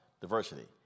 diversity